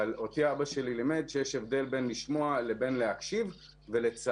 אבל אותי אבא שלי לימד שיש הבדל בין לשמוע לבין להקשיב ולצערי